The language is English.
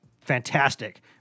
fantastic